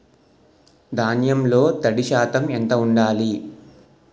ధాన్యంలో తడి శాతం ఎంత ఉండాలి?